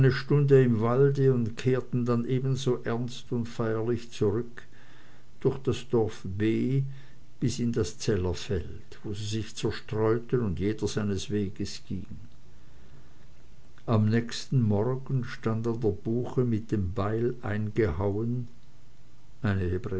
im walde und kehrten dann ebenso ernst und feierlich zurück durch das dorf b bis in das zellerfeld wo sie sich zerstreuten und jeder seines weges ging am nächsten morgen stand an der buche mit dem beil eingehauen